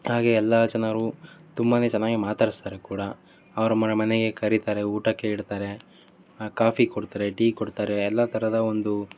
ಹಾಗೆ ಎಲ್ಲ ಜನರು ತುಂಬ ಚೆನ್ನಾಗಿ ಮಾತಾಡಿಸ್ತಾರೆ ಕೂಡ ಅವರ ಮನೆಗೆ ಕರಿತಾರೆ ಊಟಕ್ಕೆ ಇಡ್ತಾರೆ ಕಾಫಿ ಕೊಡ್ತಾರೆ ಟೀ ಕೊಡ್ತಾರೆ ಎಲ್ಲ ಥರದ ಒಂದು